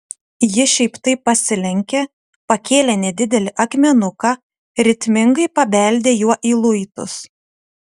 ji šiaip taip pasilenkė pakėlė nedidelį akmenuką ritmingai pabeldė juo į luitus